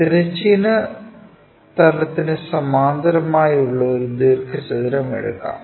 തിരശ്ചീന തലത്തിന് സമാന്തരമായി ഉള്ള ഒരു ദീർഘചതുരം എടുക്കാം